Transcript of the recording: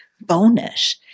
bonus